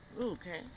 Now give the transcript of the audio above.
okay